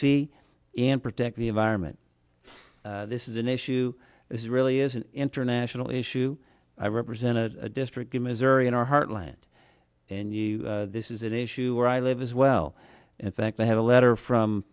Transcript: c and protect the environment this is an issue is really is an international issue i represent a district in missouri in our heartland and you this is an issue where i live as well in fact i have a letter from